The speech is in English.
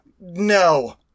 No